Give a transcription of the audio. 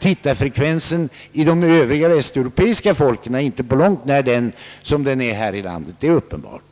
tittarfrekvensen hos övriga västeuropeiska folk är inte på långt när så stor som den är här i landet, det är uppenbart.